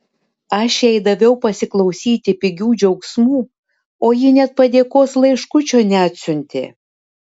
aš jai daviau pasiklausyti pigių džiaugsmų o ji net padėkos laiškučio neatsiuntė